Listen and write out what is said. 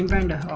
and